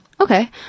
Okay